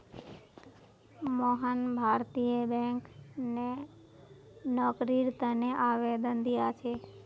मोहन भारतीय बैंकत नौकरीर तने आवेदन दिया छे